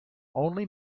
only